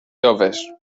joves